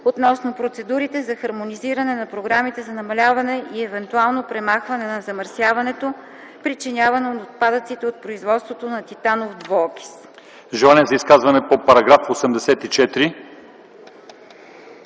относно процедурите за хармонизиране на програмите за намаляване и евентуално премахване на замърсяването, причинявано от отпадъците от производството на титанов двуокис.”